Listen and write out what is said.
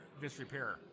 disrepair